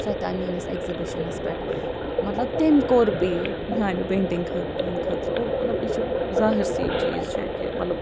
سۄ تہِ آیہِ میٛٲنِس ایکزِبِشَنَس پٮ۪ٹھ مطلب تٔمۍ کوٚر پےٚ میٛانہِ پینٛٹِنٛگ خٲطرٕ تِہٕنٛدِ خٲطرٕ مطلب یہِ چھُ طٲہِر سی چیٖز چھِ کہِ مطلب